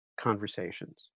conversations